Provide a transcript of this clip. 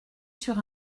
sur